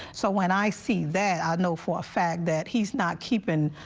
so when i see that i know for a fact that he's not keep in.